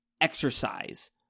exercise